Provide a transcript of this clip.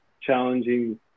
challenging